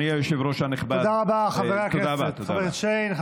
תודה רבה, חבר הכנסת יוסי שיין.